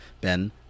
Ben